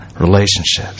relationships